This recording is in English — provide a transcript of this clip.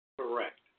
Correct